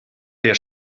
der